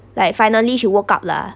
like finally she woke up lah